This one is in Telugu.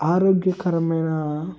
ఆరోగ్యకరమైన